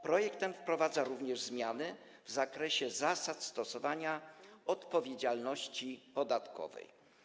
Projekt ten wprowadza również zmiany w zakresie zasad dotyczących odpowiedzialności podatkowej.